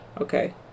Okay